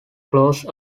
close